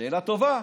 שאלה טובה.